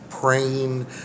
praying